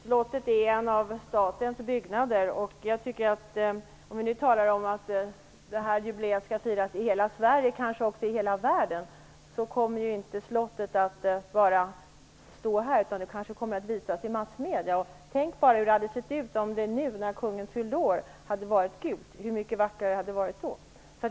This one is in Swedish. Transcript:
Herr talman! Det är faktiskt så att Slottet är en av statens byggnader. Om vi nu skall tala om att det här jubileet skall firas i hela Sverige, kanske också i hela världen, kommer inte Slottet att bara stå här, utan det kanske kommer att visas i massmedier. Tänk bara hur det hade sett ut om det nu, när kungen fyllde år, hade varit gult och hur mycket vackrare det hade varit då.